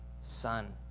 son